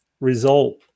result